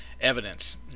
evidence